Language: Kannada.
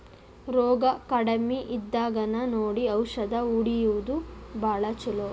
ರೋಗಾ ಕಡಮಿ ಇದ್ದಾಗನ ನೋಡಿ ಔಷದ ಹೊಡಿಯುದು ಭಾಳ ಚುಲೊ